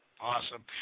Awesome